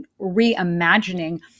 reimagining